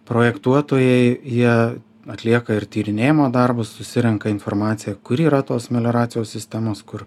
projektuotojai jie atlieka ir tyrinėjimo darbus susirenka informaciją kur yra tos melioracijos sistemos kur